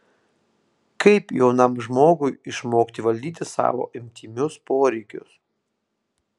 kaip jaunam žmogui išmokti valdyti savo intymius poreikius